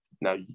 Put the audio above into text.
Now